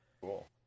Cool